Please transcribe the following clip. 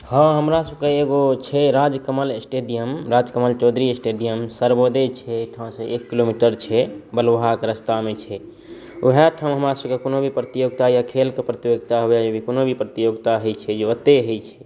हॅं हमरा सबके एगो छै राजकमल स्टेडियम राजकमल चौधरी स्टेडियम सर्वोदय छै एहिठाम सॅं एक किलोमीटर छै बलुआहाके रस्तामे छै वएह ठाम हमरा सबके कोनो भी प्रतियोगिता या खेलके प्रतियोगिता हुअए कोनो भी प्रतियोगिता होइ छै जे ओत्तहि होइ छै